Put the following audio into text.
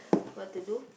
what to do